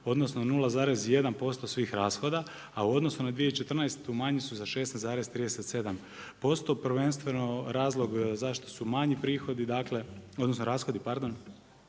odnosno 0,1% svih rashoda, a u odnosu na 2014. manji su za 16,37% prvenstveno razlog zašto su manji rashodi je